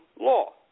law